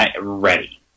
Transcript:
ready